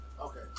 okay